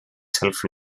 self